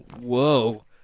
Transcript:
Whoa